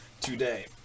today